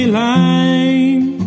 line